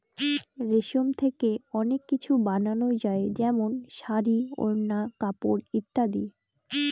রেশম থেকে অনেক কিছু বানানো যায় যেমন শাড়ী, ওড়না, কাপড় ইত্যাদি